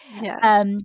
Yes